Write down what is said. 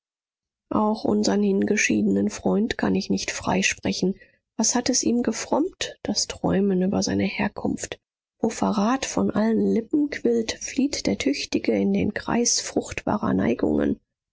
auch unsern hingeschiedenen freund kann ich nicht freisprechen was hat es ihm gefrommt das träumen über seine herkunft wo verrat von allen lippen quillt flieht der tüchtige in den kreis fruchtbarer neigungen